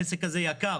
העסק הזה יקר